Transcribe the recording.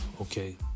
okay